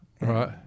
Right